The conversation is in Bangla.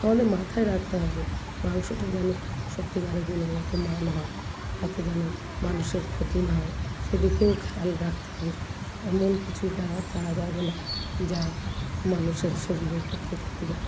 আমাদের মাথায় রাখতে হবে মাংসটা যেন সত্যিকারে গুণগত মান হয় তাতে যেন মানুষের ক্ষতি না হয় সেদিকেও খেয়াল রাখতে হবে এমন কিছু ব্যবহার করা যাবে না যা মানুষের শরীরের পক্ষে ক্ষতিকারক